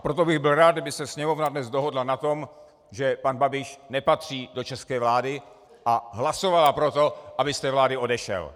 Proto bych byl rád, kdyby se Sněmovna dnes dohodla na tom, že pan Babiš nepatří do české vlády, a hlasovala pro to, aby z té vlády odešel.